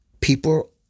People